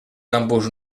campus